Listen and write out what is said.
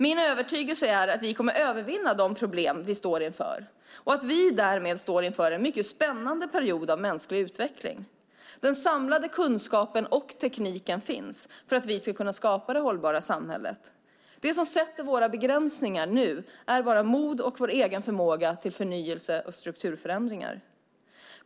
Min övertygelse är att vi kommer att övervinna de problem vi står inför och att vi därmed står inför en mycket spännande period av mänsklig utveckling. Den samlade kunskapen och tekniken finns för att vi ska kunna skapa det hållbara samhället. Det som sätter våra begränsningar är bara mod och vår egen förmåga till förnyelse och strukturförändringar.